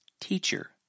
teacher